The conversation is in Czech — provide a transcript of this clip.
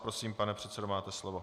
Prosím, pane předsedo, máte slovo.